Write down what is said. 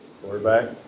Quarterback